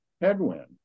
headwind